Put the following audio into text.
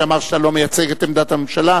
שאמר שאתה לא מייצג את עמדת הממשלה.